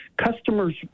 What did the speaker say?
Customers